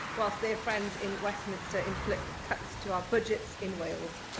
whilst their friends in westminster inflict cuts to our budgets in wales.